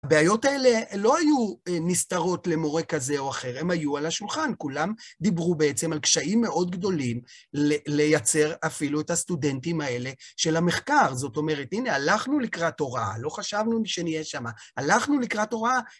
הבעיות האלה לא היו נסתרות למורה כזה או אחר, הם היו על השולחן, כולם דיברו בעצם על קשיים מאוד גדולים לייצר אפילו את הסטודנטים האלה של המחקר. זאת אומרת, הנה, הלכנו לקראת הוראה, לא חשבנו שנהיה שם, הלכנו לקראת הוראה.